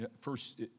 first